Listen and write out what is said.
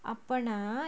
அப்பனா:apanaa